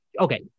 okay